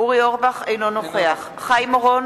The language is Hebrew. אינו נוכח חיים אורון,